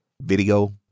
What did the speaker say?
video